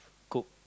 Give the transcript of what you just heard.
cook